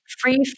free